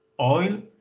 oil